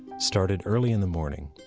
started early in the morning.